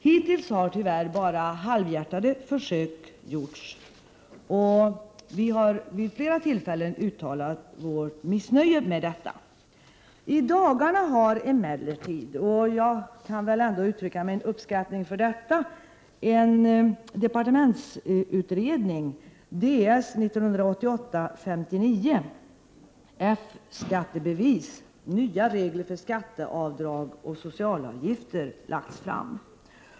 Hittills har tyvärr bara halvhjärtade försök att besvara frågan gjorts. Vi har vid flera tillfällen uttalat vårt missnöje med det. I dagarna har emellertid — jag kan ändå uttrycka min uppskattning över detta — en departementsutredning, Ds Fi 1988:59 F-skattebevis — nya regler för skatteavdrag och socialavgifter, lagts fram.